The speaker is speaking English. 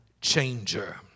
changer